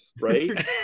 right